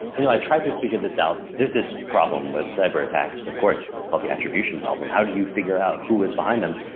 i tried to figure this out. there's this problem with cyber attacks, of course, it's called the attribution problem. how do you figure out who was behind them?